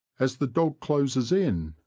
as the dog closes in,